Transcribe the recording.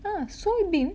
ah soybean